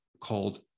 called